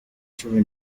cumi